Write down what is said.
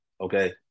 okay